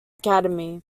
academy